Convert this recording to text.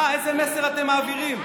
איזה מסר אתם מעבירים,